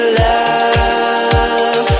love